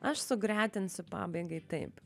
aš sugretinsiu pabaigai taip